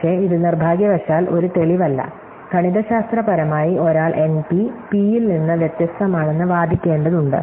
പക്ഷേ ഇത് നിർഭാഗ്യവശാൽ ഒരു തെളിവല്ല ഗണിതശാസ്ത്രപരമായി ഒരാൾ എൻപി പിയിൽ നിന്ന് വ്യത്യസ്തമാണെന്ന് വാദിക്കേണ്ടതുണ്ട്